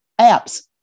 apps